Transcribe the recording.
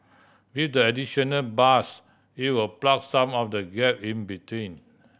with the additional bus it will plug some of the gap in between